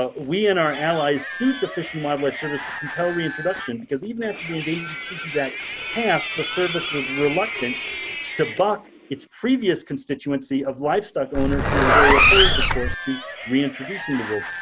ah we and our allies sued the fish and wildlife service to compel reintroduction because even after the endangered species act passed, passed, the service was reluctant to buck its previous constituency of livestock owners who were very opposed of course to reintroducing the wolves.